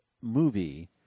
movie